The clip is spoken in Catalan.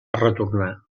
retornar